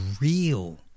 real